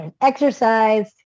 exercise